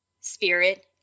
spirit